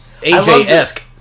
AJ-esque